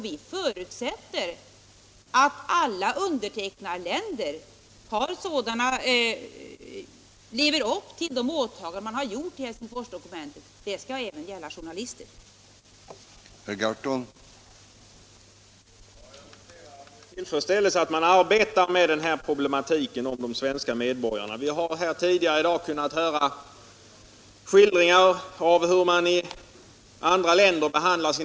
Vi förutsätter att alla undertecknarländer lever upp till de åtaganden de gjort genom att skriva under Helsingforsdokumentet och att det skall gälla även journalisternas arbete.